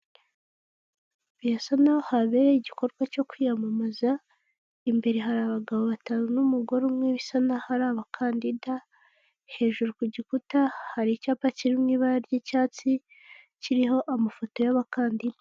Birasa n'aho habereye igikorwa cyo kwiyamamaza, imbere hari abagabo batanu n'umugore umwe, bisa n'aho ari abakandida, hejuru ku gikuta hari icyapa kiririmo ibara ry'icyatsi, kiriho amafoto y'abakandida.